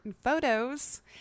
photos